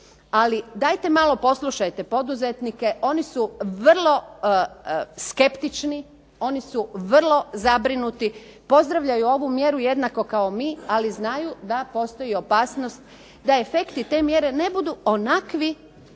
Ali dajte malo poslušajte poduzetnike, oni su vrlo skeptični, oni su vrlo zabrinuti, pozdravljaju ovu mjeru jednako kao mi, ali znaju da postoji opasnost da efekti te mjere ne budu onakvi